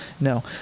No